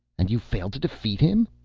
and you failed to defeat him?